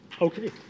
Okay